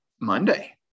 Monday